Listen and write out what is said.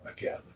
again